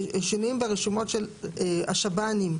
שינויים ברשימות של השב"נים,